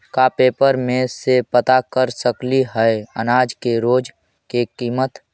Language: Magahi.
का पेपर में से पता कर सकती है अनाज के रोज के किमत?